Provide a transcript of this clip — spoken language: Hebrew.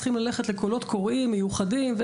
אנחנו צריכים ללכת לקולות קוראים מיוחדים,